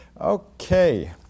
Okay